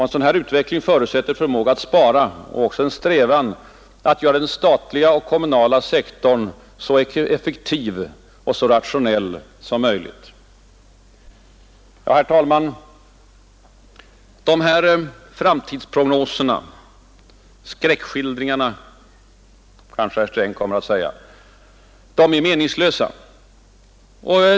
En sådan utveckling förutsätter förmåga att spara och strävan att göra den statliga och kommunala sektorn så effektiv och rationell som möjligt. Herr talman! Dessa framtidsprognoser — eller skräckskildringar, kommer kanske herr Sträng att säga — är meningslösa.